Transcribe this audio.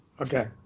Okay